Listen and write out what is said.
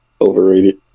Overrated